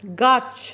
গাছ